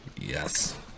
Yes